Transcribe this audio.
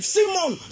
Simon